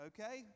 Okay